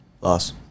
Loss